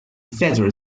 federal